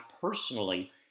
personally